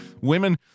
Women